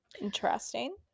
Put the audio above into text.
Interesting